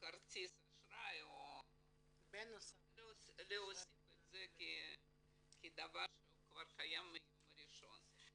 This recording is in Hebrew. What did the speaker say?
כרטיס אשראי או להוסיף את זה כדבר שהוא כבר קיים מהיום הראשון.